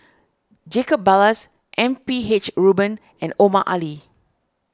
Jacob Ballas M P H Rubin and Omar Ali